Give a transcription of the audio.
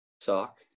Sock